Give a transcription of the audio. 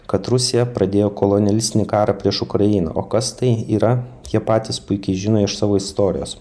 kad rusija pradėjo kolonialistinį karą prieš ukrainą o kas tai yra jie patys puikiai žino iš savo istorijos